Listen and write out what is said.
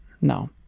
No